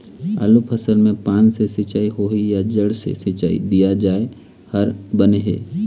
आलू फसल मे पान से सिचाई होही या जड़ से सिचाई दिया जाय हर बने हे?